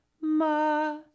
ma